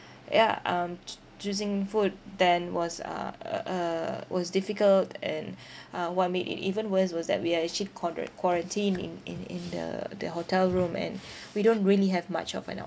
ya um choo~ choosing food then was uh uh uh was difficult and uh what made it even worse was that we are actually quaran~ quarantined in in in the in the hotel room and we don't really have much of an option